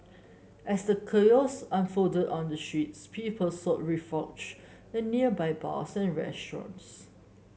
as the chaos unfolded on the streets people sought refuge in nearby bars and restaurants